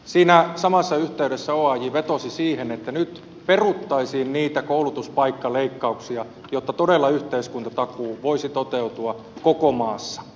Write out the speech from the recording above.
siinä samassa yhteydessä oaj vetosi siihen että nyt peruttaisiin niitä koulutuspaikkaleikkauksia jotta yhteiskuntatakuu todella voisi toteutua koko maassa